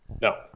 No